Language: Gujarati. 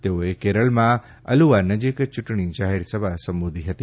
તેઓએ કેરળમાં અલુવા નજીક ચુંટણી જાહેરસભા સંબોધી હતી